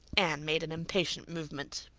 anne made an impatient movement.